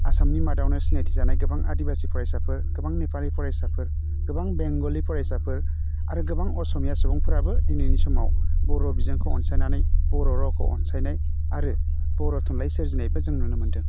आसामनि मादावनो सिनायथि जानाय गोबां आदिबासि फरायसाफोर गोबां नेपालि फरायसाफोर गोबां बेंगलि फरायसाफोर आरो गोबां असमिया सुबुंफ्राबो दिनैनि समाव बर' बिजोंखौ अनसायनानै बर' रावखौ अनसायनाय आरो बर' थुनलाइ सोरजिनायखौ जों नुनो मोनदों